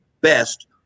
best